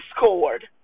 discord